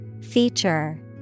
Feature